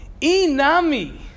inami